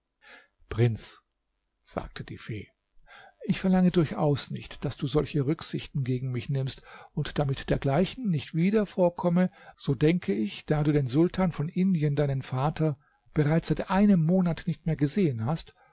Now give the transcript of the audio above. prinz sagte die fee ich verlange durchaus nicht daß du solche rücksichten gegen mich nimmst und damit dergleichen nicht wieder vorkomme so denke ich da du den sultan von indien deinen vater bereits seit einem monat nicht mehr gesehen hast